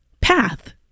path